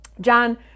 John